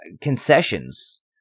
concessions